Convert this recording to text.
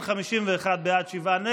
אם כן, 51 בעד, שבעה נגד.